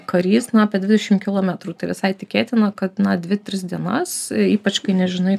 karys apie dvidešim kilometrų tai visai tikėtina kad na dvi tris dienas ypač kai nežinai